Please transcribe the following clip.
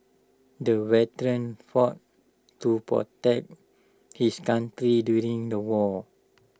the veteran fought to protect his country during the war